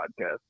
podcast